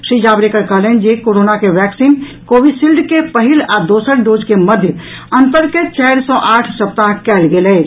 श्री जावड़ेकर कहलनि जे कोरोना के वैक्सिन कोविशिल्ड के पहिल आ दोसर डोज के मध्य अंतर के चारि सॅ आठ सप्ताह कयल गेल अछि